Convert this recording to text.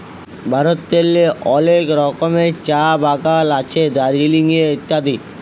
ভারতেল্লে অলেক রকমের চাঁ বাগাল আছে দার্জিলিংয়ে ইত্যাদি